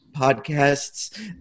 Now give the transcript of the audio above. podcasts